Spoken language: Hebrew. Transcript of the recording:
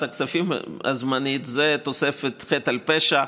הכספים הזמנית זה תוספת של חטא על פשע.